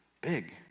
big